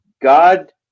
God